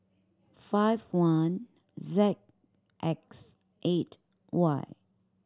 five one Z X eight Y